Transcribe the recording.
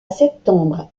septembre